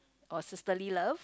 or sisterly love